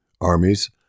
Armies